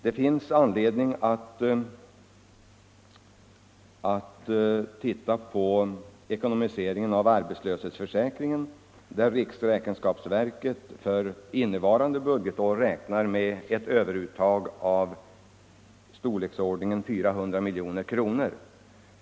Det finns anledning att i det sammanhanget se på ekonomiseringen av arbetslöshetsförsäkringen, där riksräkenskapsverket för innevarande budgetår räknar med ett överuttag av storleksordningen 400 milj.kr.